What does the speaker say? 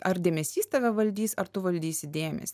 ar dėmesys tave valdys ar tu valdysi dėmesį